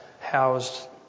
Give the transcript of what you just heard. housed